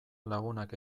lagunak